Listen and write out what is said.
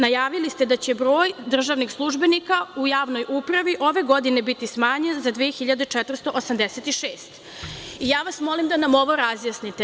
Najavili ste da će broj državnih službenika u javnoj upravi ove godine biti smanjen za 2.486 i ja vas molim da nam ovo razjasnite.